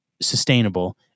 sustainable